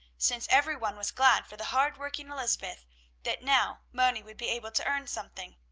since every one was glad for the hard-working elizabeth that now moni would be able to earn something.